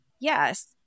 Yes